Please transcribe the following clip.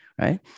right